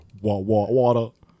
water